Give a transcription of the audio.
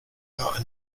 about